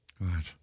Right